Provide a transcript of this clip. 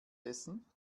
essen